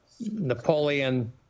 Napoleon